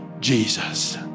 Jesus